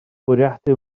bwriadu